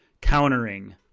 countering